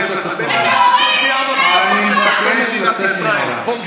חבר הכנסת בן גביר, אני קורא אותך לסדר פעם